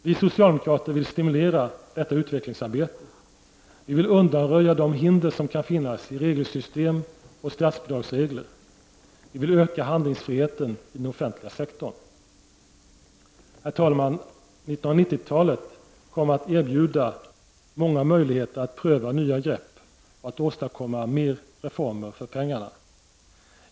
Vi socialdemokrater vill stimulera detta utvecklingsarbete, vi vill undanröja de hinder som kan finnas i regelsystem och statsbidragsregler, vi vill öka handlingsfriheten i den offentliga sektorn. Herr talman! 1990-talet kommer att erbjuda många möjligheter att pröva nya grepp och att åstadkomma mer reformer för pengarna.